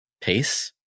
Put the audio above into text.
pace